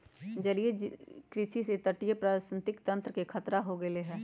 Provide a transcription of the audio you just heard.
जलीय कृषि से तटीय पारिस्थितिक तंत्र के खतरा हो गैले है